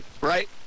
Right